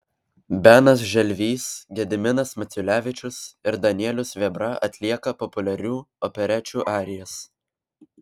benas želvys gediminas maciulevičius ir danielius vėbra atlieka populiarių operečių arijas